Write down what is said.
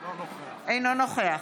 אינו נוכח